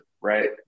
right